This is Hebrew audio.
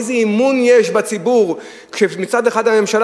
איזה אמון יש בציבור כשמצד אחד הממשלה